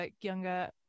younger